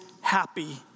happy